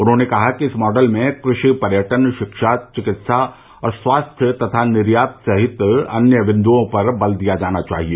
उन्होंने कहा कि इस मॉडल में कृषि पर्यटन शिक्षा चिकित्सा और स्वास्थ्य तथा निर्यात सहित अन्य बिन्दुओं पर बल दिया जाना चाहिए